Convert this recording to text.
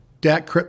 Dak